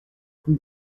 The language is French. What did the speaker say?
rue